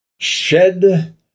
shed